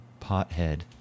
Pothead